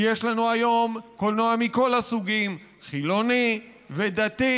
כי יש לנו היום קולנוע מכל הסוגים: חילוני ודתי,